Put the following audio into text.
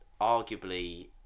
arguably